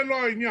זה לא העניין,